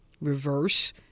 reverse